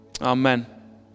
Amen